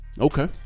Okay